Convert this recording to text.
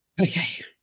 Okay